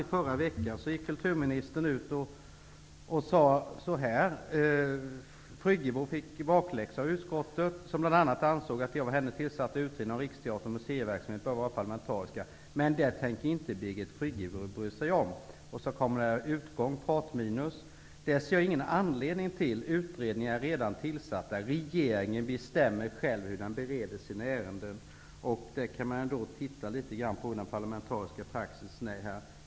I förra veckan fick kulturministern en bakläxa av utskottet, som bl.a. ansåg att de av henne tillsatta utredningarna om Riksteatern och museiverksamheten bör vara parlamentariska, vilket Birgit Friggebo inte tänker bry sig om. Då sade Birgit Friggebo: ''Det ser jag ingen anledning till. Utredningarna är redan tillsatta. Regeringen bestämmer själv hur den bereder sina ärenden.'' Där kan man se hur den parlamentariska praxisen är.